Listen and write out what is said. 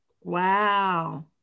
Wow